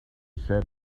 sat